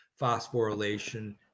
phosphorylation